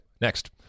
Next